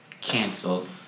canceled